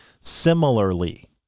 similarly